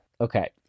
Okay